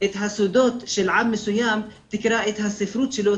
את הסודות של עם מסוים תקרא את הספרות שלו,